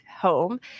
home